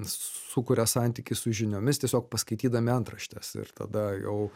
sukuria santykį su žiniomis tiesiog paskaitydami antraštes ir tada jau